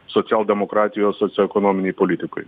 socialdemokratijos socioekonominėj politikoj